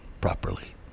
properly